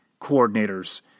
coordinators